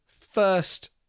first